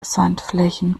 sandflächen